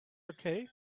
okay